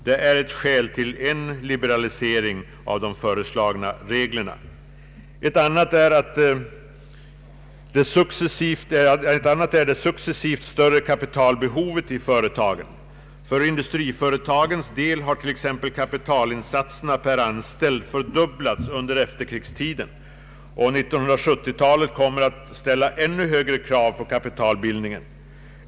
Detta är ett skäl till en liberalisering av de föreslagna skattereglerna. Ett annat skäl är det successivt större kapitalbehovet i företagen. För industriföretagens del har t.ex. kapitalinsatserna per anställd fördubblats under efterkrigstiden, och 1970-talet kommer att ställa ännu högre krav på kapitalbildningen.